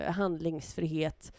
handlingsfrihet